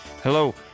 hello